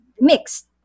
mixed